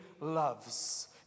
loves